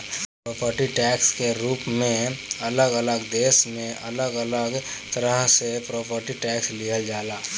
property tax के रूप में अलग अलग देश में अलग अलग तरह से प्रॉपर्टी टैक्स लिहल जाला